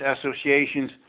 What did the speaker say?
associations